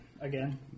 again